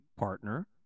partner